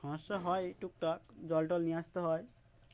মশা হয় টুকটাক জল টল নিয়ে আসতে হয়